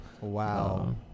Wow